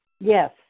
Yes